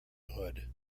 hood